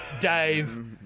Dave